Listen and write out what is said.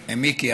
מיקי,